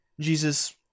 Jesus